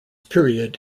period